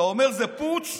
אתה אומר: זה פוטש